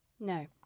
No